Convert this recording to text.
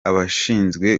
abashinzwe